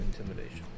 intimidation